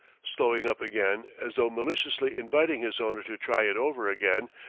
slowing up again, as though maliciously inviting his owner to try it over again,